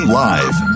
live